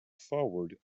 forward